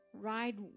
ride